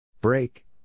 Break